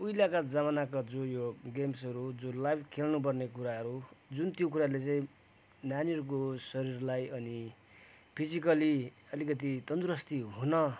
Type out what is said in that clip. उहिलेका जमानाको जो यो गेम्सहरू जो लाइभ खेल्नुपर्ने कुराहरू जुन त्यो कुराहरूले चाहिँ नानीहरूको शरीरलाई अनि फिजिकल्ली अलिकति तन्दुरुस्ती हुन